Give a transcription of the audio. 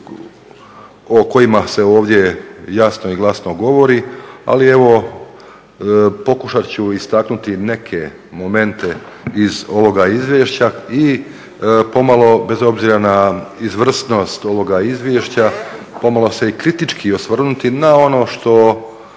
o kojima se ovdje jasno i glasno govori. Ali evo pokušat ću istaknuti neke momente iz ovoga izvješća i pomalo bez obzira na izvrsnost ovoga izvješća pomalo se i kritički osvrnuti na ono što